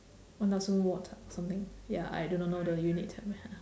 one thousand watt ah something ya I do not know the unit